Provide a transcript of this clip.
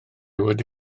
wedi